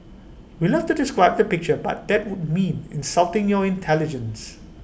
we'd love to describe the picture but that would mean insulting your intelligence